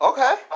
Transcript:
Okay